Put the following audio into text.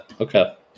okay